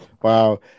Wow